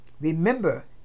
Remember